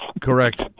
Correct